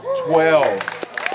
Twelve